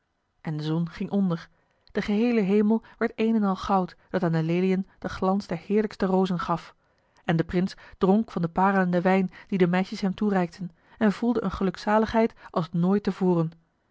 en de zon ging onder de geheele hemel werd een en al goud dat aan de leliën den glans der heerlijkste rozen gaf en de prins dronk van den parelenden wijn dien de meisjes hem toereikten en voelde een gelukzaligheid als nooit